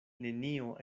nenio